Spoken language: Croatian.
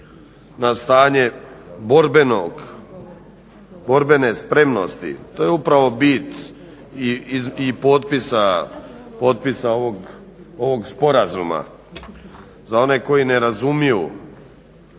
na stanje borbene spremnosti. To je upravo bit i potpisa ovog Sporazuma. Za one koji ne razumiju